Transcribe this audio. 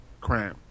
crime